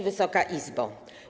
Wysoka Izbo!